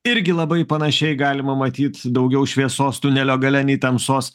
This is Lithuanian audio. irgi labai panašiai galima matyt daugiau šviesos tunelio gale nei tamsos